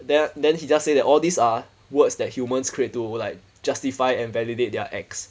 then then he just say that all these are words that humans create to like justify and validate their ex